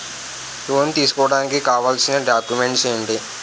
Loan తీసుకోడానికి కావాల్సిన documents ఎంటి?